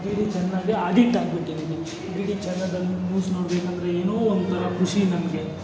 D D ಚಂದನ್ಗೆ addict ಆಗ್ಬಿಟ್ಟಿದ್ದೀನಿ D D ಚಾನೆಲಲ್ಲಿ ನ್ಯೂಸ್ ನೋಡ್ಬೇಕಂದ್ರೆ ಏನೋ ಒಂಥರಾ ಖುಷಿ ನನಗೆ